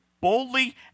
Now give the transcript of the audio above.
boldly